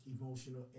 Emotional